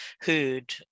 heard